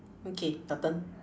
okay your turn